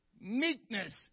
meekness